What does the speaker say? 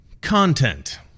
content